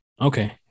Okay